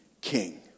king